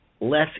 less